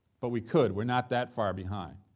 but we could. we're not that far behind,